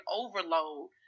overload